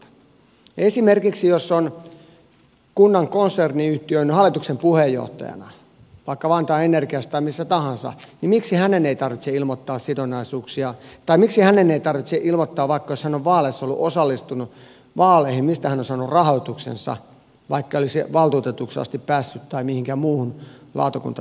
esimerkiksi jos on kunnan konserniyhtiön hallituksen puheenjohtajana vaikka vantaan energiassa tai missä tahansa niin miksi hänen ei tarvitse ilmoittaa sidonnaisuuksia tai miksi hänen ei tarvitse ilmoittaa vaikka hän on ollut vaaleissa osallistunut vaaleihin mistä hän on saanut rahoituksensa vaikkei olisi valtuutetuksi asti päässyt tai mihinkään muuhun lautakuntatehtävään